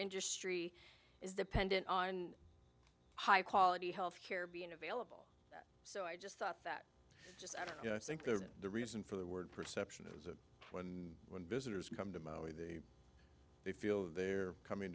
industry is the pendant on high quality health care being available so i just thought that just i don't think they're the reason for the word perception is it when when visitors come to maui they they feel they're coming